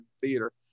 theater